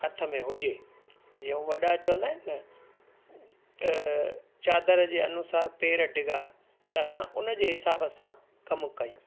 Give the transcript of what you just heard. हथ में हुजे जे हो वॾा चवंदा आहिनि न त चादर जे अनुसारु पेर डिघा त असां उन जे हिसाब सां कमु कयूं